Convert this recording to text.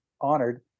honored